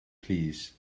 plîs